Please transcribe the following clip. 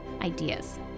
ideas